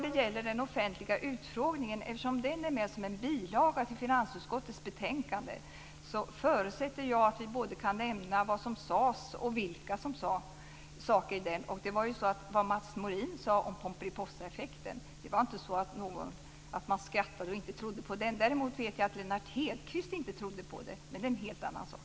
Eftersom den offentliga utfrågningen är med som en bilaga till finansutskottets betänkande förutsätter jag att vi både kan nämna vad som sades och vilka som sade saker. Det var inte så att man skrattade åt det Mats Morin sade om Pomperipossaeffekten och inte trodde på den. Däremot vet jag att Lennart Hedquist inte trodde på det, men det är en helt annan sak.